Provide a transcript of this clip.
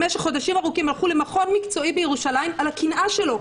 במשך חודשים ארוכים הם הלכו למכון מקצועי בירושלים על הקנאה שלו.